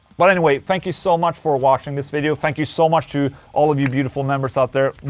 but anyway, thank you so much for watching this video thank you so much to all of you beautiful members out there,